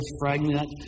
fragment